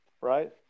right